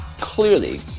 clearly